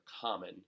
common